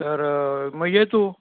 तर मग ये तू